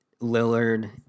Lillard